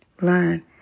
Learn